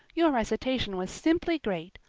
your recitation was simply great,